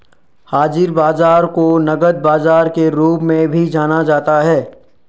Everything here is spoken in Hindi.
हाज़िर बाजार को नकद बाजार के रूप में भी जाना जाता है